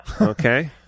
Okay